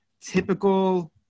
typical